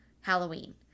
Halloween